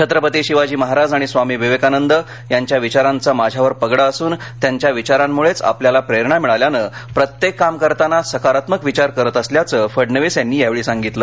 छत्रपती शिवाजी महाराज आणि स्वामी विवेकानंद यांच्या विचारांचा माझ्यावर पगडा असून त्यांच्या विचारांमुळेच आपल्याला प्रेरणा मिळाल्यानं प्रत्येक काम करताना सकारात्मक विचार करत असल्याचं फडणवीस यांनी यावेळी सांगितलं